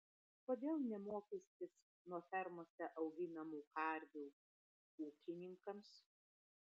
kodėl ne mokestis nuo fermose auginamų karvių ūkininkams